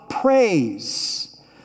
praise